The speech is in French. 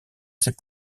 ses